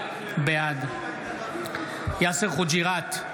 בעד יאסר חוג'יראת,